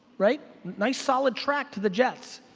right? nice solid track to the jets.